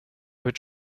would